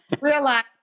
realize